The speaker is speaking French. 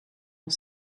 ont